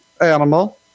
animal